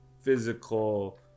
physical